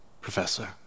Professor